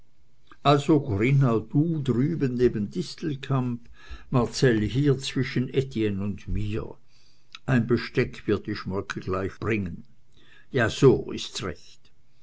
also corinna du drüben neben distelkamp marcell hier zwischen etienne und mir ein besteck wird die schmolke wohl gleich bringen so so ist's recht